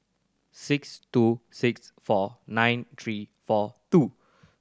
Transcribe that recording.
six two six four nine three four two